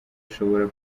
ashobora